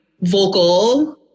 vocal